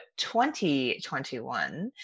2021